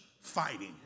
fighting